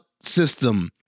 system